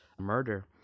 murder